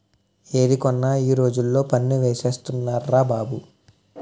ఏది కొన్నా ఈ రోజుల్లో పన్ను ఏసేస్తున్నార్రా బాబు